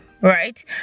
right